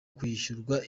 kwishyurwa